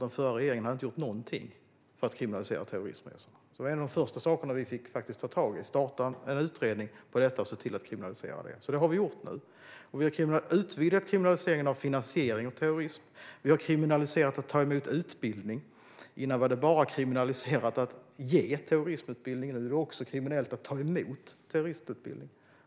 Den förra regeringen hade inte gjort någonting för att kriminalisera terroristresor. Det var alltså en av de första saker vi fick ta tag i - att starta en utredning om detta och se till att kriminalisera resorna. Det har vi gjort nu. Vi har också utvidgat kriminaliseringen av finansiering av terrorism. Vi har gjort det kriminellt att ta emot utbildning. Tidigare var det bara kriminaliserat att ge terroristutbildning, och nu är det kriminellt även att ta emot terroristutbildning.